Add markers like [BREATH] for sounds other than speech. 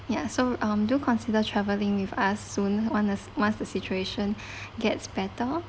ya so um do consider traveling with us soon once once the situation [BREATH] gets better